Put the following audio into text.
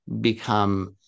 become